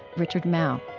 richard mouw